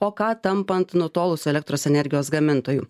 o ką tampant nutolusiu elektros energijos gamintoju